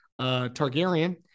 Targaryen